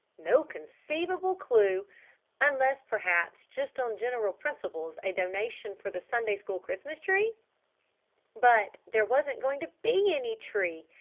no conceivable clew unless perhaps just on general principles a donation for the sunday school christmas tree but there wasn't going to be any tree!